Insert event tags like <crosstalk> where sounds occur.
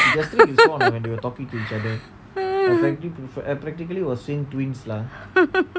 <laughs>